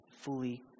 fully